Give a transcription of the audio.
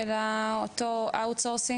של אותו זכיין חיצוני?